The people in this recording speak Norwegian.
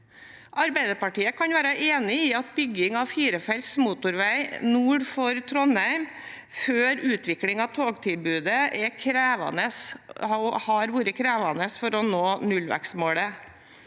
Arbeiderpartiet kan være enig i at bygging av firefelts motorvei nord for Trondheim før utvikling av togtilbudet har vært krevende for å nå nullvekstmålet.